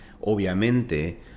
obviamente